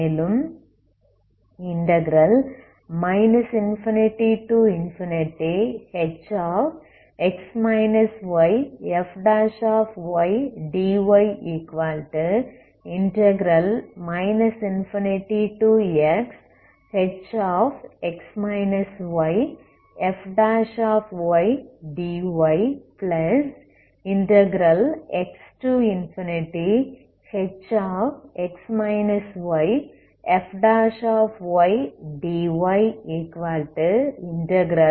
மேலும் ∞Hfydy ∞xHfydyxHfydy ∞xHfydy